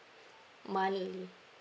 monthly